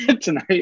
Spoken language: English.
tonight